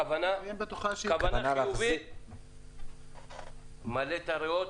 הכוונה היא חיובית, ממלא את הריאות,